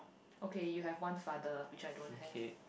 okay you have one father which I don't have